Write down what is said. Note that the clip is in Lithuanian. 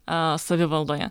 a savivaldoje